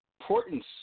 importance